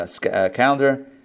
calendar